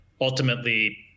ultimately